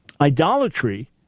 idolatry